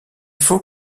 faut